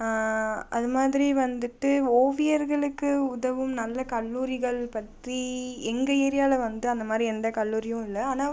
அதுமாதிரி வந்துட்டு ஓவியர்களுக்கு உதவும் நல்ல கல்லூரிகள் பற்றி எங்கள் ஏரியாவில் வந்து அந்தமாதிரி எந்த கல்லூரியும் இல்லை ஆனால்